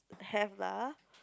have lah